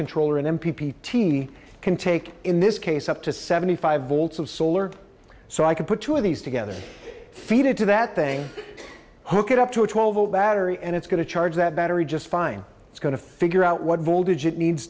controller in n p p t v can take in this case up to seventy five volts of solar so i could put two of these together feed it to that thing hook it up to a twelve volt battery and it's going to charge that battery just fine it's going to figure out what voltage it needs